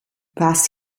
was